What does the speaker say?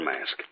mask